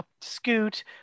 Scoot